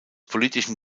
politischen